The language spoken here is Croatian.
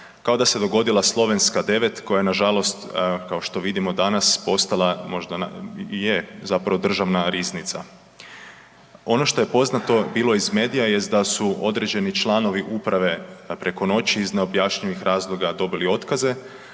kao da se dogodila Slovenska 9 koja je nažalost kao što vidimo danas postala, možda i je, zapravo državna riznica. Ono što je poznato bilo iz medija jest da su određeni članovi uprave preko noći iz neobjašnjivih razloga dobili otkaze